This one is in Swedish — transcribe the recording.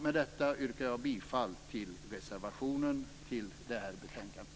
Med detta yrkar jag bifall till reservationen till det här betänkandet.